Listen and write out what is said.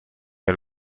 del